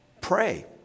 pray